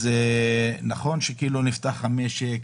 אז נכון שכאילו נפתח המשק,